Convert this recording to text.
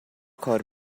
کار